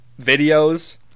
videos